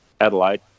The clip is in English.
Adelaide